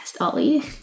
Ollie